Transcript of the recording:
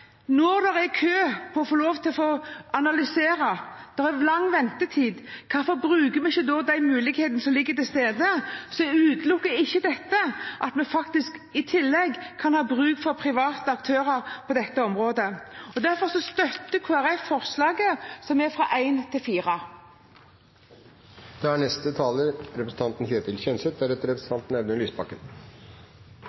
Når det er kø for å få lov til å analysere, det er lang ventetid, hvorfor bruker vi ikke da de mulighetene som er til stede? Så utelukker jeg ikke det at vi i tillegg faktisk kan ha bruk for private aktører på dette området. Derfor støtter Kristelig Folkeparti forslagene 1–4. Det rettsgenetiske sakkyndigarbeidet må være av høy faglig kvalitet basert på robuste og uomtvistelige analyser. Jeg er derfor